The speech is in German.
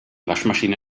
waschmaschine